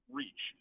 reach